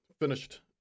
finished